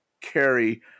carry